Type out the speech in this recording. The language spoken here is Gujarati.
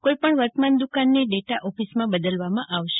કોઈ પણ વર્તમાન દુકાનને ડેટા ઓફિસમાં બદલવામાં આવશે